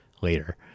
later